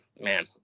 man